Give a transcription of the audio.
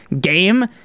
game